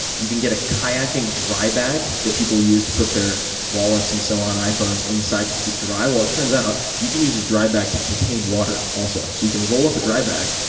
you can get a kayaking dry bag that people use to put their wallets and so on, iphones, inside to keep dry. well, it turns out, you can use a dry bag to contain water also. so you can roll up a dry bag,